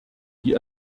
die